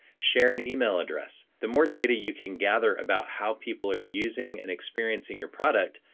share an email address. the more data you can gather about how people are using and experiencing your product,